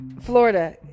Florida